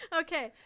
okay